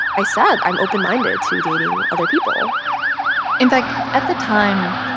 i said i'm open-minded to dating other people in fact, at the time,